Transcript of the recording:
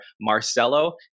Marcelo